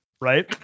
right